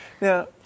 Now